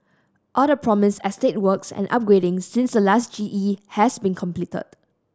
all the promised estate works and upgrading since the last G E have been completed